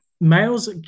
males